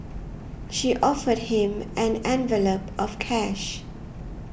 she offered him an envelope of cash